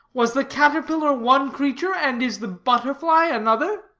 was the caterpillar one creature, and is the butterfly another?